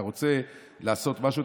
אתה רוצה לעשות משהו?